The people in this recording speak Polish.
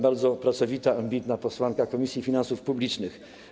Bardzo pracowita, ambitna posłanka Komisji Finansów Publicznych.